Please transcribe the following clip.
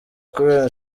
kubera